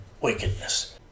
wickedness